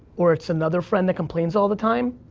or it's another friend that complains all the time,